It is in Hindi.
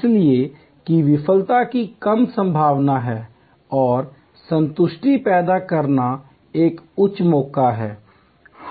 इसलिए कि विफलता की कम संभावना है और संतुष्टि पैदा करने का एक उच्च मौका है